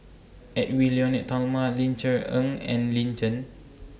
Edwy Lyonet Talma Ling Cher Eng and Lin Chen